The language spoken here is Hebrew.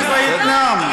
של מלחמת וייטנאם.